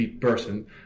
person